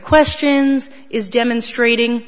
questions is demonstrating